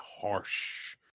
harsh